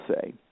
say